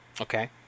Okay